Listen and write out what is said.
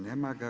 Nema ga?